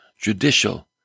judicial